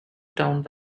town